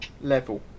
level